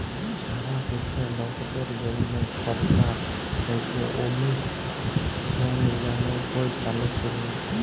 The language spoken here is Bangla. ছারা দ্যাশে লকদের জ্যনহে ছরকার থ্যাইকে উনিশ শ নিরানব্বই সালে শুরু